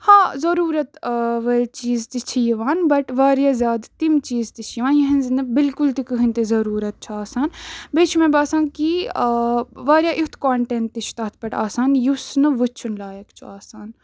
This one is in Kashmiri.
ہاں ضٔروٗرت وٲلۍ چیٖز تہِ چھِ یِوان بَٹ واریاہ زیادٕ تِم چیٖز تہِ چھِ یِوان یِہٕنٛز نہٕ بلکُل تہِ کٕہٕنۍ تہِ ضٔروٗرت چھُ آسان بیٚیہِ چھُ مےٚ باسان کہِ واریاہ ایُتھ کانٹٮ۪نٛٹ چھُ تَتھ پٮ۪ٹھ آسان یُس نہٕ وٕچھُن لایق چھُ آسان